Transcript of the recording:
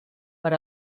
per